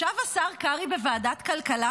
ישב השר קרעי בוועדת הכלכלה,